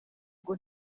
ngo